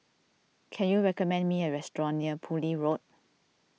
can you recommend me a restaurant near Poole Road